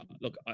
look